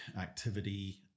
activity